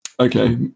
Okay